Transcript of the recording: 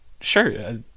sure